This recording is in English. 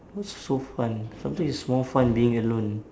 what's so fun something is more fun being alone